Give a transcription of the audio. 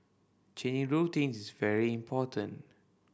changing routines is very important